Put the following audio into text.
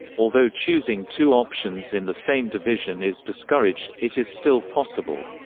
although choosing two options in the same division is discouraged, it is still possible.